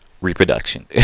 reproduction